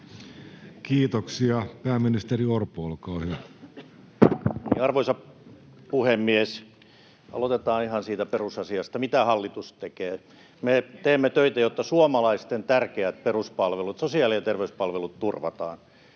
liik) Time: 16:12 Content: Arvoisa puhemies! Aloitetaan ihan siitä perusasiasta: mitä hallitus tekee? Me teemme töitä, jotta turvataan suomalaisten tärkeät peruspalvelut, sosiaali- ja terveyspalvelut.